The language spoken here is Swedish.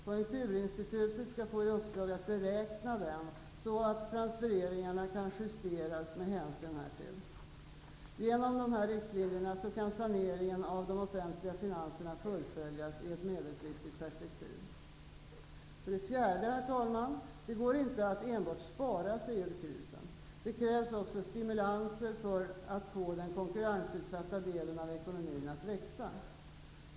Konjunkturinstitutet skall få i uppdrag att beräkna denna så att transfereringarna kan justeras med hänsyn härtill. Genom dessa riktlinjer kan saneringen av de offentliga finanserna fullföljas i ett medelfristigt perspektiv. För det fjärde: Det går inte att enbart spara sig ur krisen. Det krävs också stimulanser för att få den konkurrensutsatta delen av ekonomin att växa.